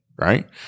right